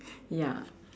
ya